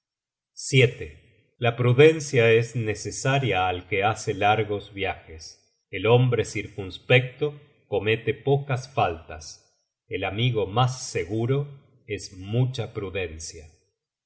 faltas la prudencia es necesaria al que hace largos viajes el hombre circunspecto comete pocas faltas el amigo mas seguro es mucha prudencia